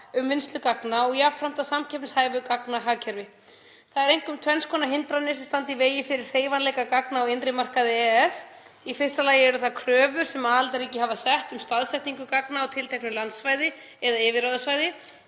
um vinnslu gagna og jafnframt að samkeppnishæfu gagnahagkerfi. Það eru einkum tvenns konar hindranir sem standa í vegi fyrir hreyfanleika gagna á innri markaði EES. Í fyrsta lagi eru það kröfur sem aðildarríki hafa sett um staðsetningu gagna á tilteknu landsvæði eða yfirráðasvæði